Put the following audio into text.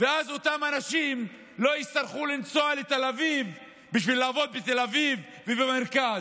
ואז אותם אנשים לא יצטרכו לנסוע לתל אביב בשביל לעבוד בתל אביב ובמרכז.